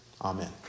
Amen